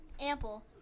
ample